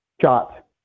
shot